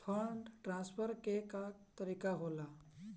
Fund transfer के का तरीका होला?